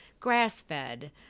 grass-fed